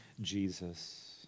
Jesus